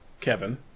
Kevin